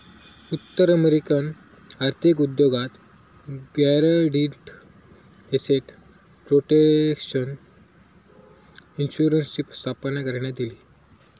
उत्तर अमेरिकन आर्थिक उद्योगात गॅरंटीड एसेट प्रोटेक्शन इन्शुरन्सची स्थापना करण्यात इली